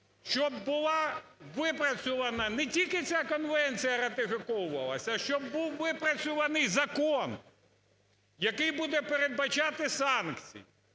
щоб була випрацювана, не тільки ця конвенція ратифіковувалася, а щоб був випрацюваний закон, який буде передбачати санкції.